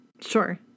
Sure